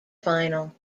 final